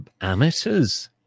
amateurs